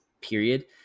period